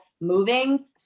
moving